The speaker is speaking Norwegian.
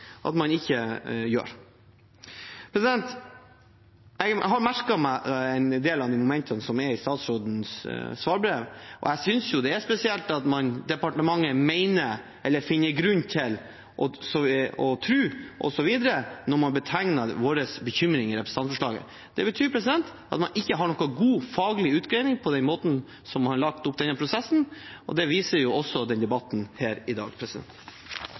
velger man altså å ikke legge til grunn, og det er sterkt beklagelig. Jeg har merket meg en del av momentene i statsrådens svarbrev, og jeg synes det er spesielt at departementet «mener», «finner grunn til å tro», osv., når man betegner våre bekymringer i representantforslaget. Det betyr at man ikke har noen god faglig utredning bak måten man har lagt opp denne prosessen på. Det viser også debatten her i dag.